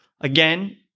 again